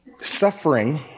Suffering